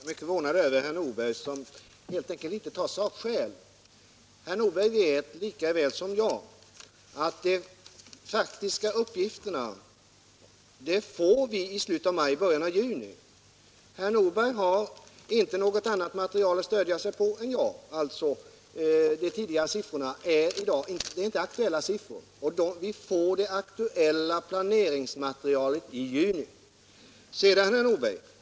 Herr talman! Jag är mycket förvånad över herr Nordberg, som helt enkelt inte tar sakskäl. Herr Nordberg vet lika väl som jag att vi får de faktiska uppgifterna i slutet av maj eller i början av juni. Herr Nordberg har inte något annat material att stödja sig på än jag. De tidigare siffrorna är i dag inte aktuella. Vi.får det aktuella planeringsmaterialet i juni.